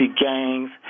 gangs